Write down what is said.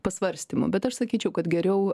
pasvarstymų bet aš sakyčiau kad geriau